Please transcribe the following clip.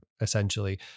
essentially